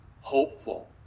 hopeful